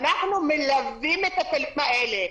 אנחנו מלווים את התלמידים האלה.